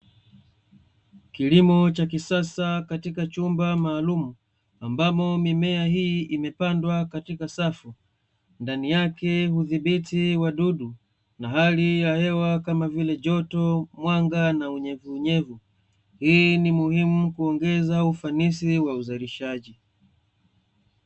Kilimo cha kisasa katika chumba maalumu ambamo mimea hii imepandwa katika safu, ndani yake hudhibiti wadudu; hali ya hewa kama vile joto, mwanga na unyevunyevu. Hii ni muhimu kuongeza ufanisi wa uzalishaji.